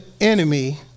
enemy